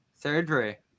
Surgery